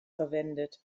verwendet